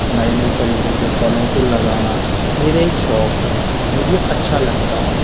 नए नए तरीके के फलों को लगाना मेरा एक शौक है मुझे अच्छा लगता है